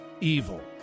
evil